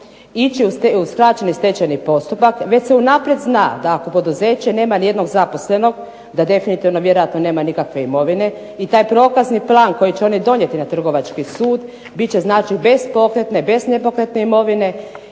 ići u skraćeni stečajni postupak. Već se unaprijed zna da ako poduzeće nema ni jednog zaposlenog da definitivno vjerojatno nema nikakve imovine i taj prokazni plan koji će oni donijeti na Trgovački sud bit će znači bez pokretne, bez nepokretne imovine.